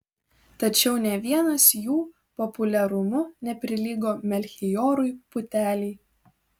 tačiau nė vienas jų populiarumu neprilygo melchijorui putelei